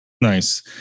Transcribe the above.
nice